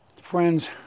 friends